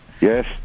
Yes